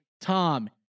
Tom